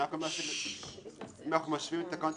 אני רק אומר שאם אנחנו משווים את התקנות